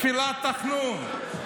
תפילת תחנון.